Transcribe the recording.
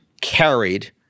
carried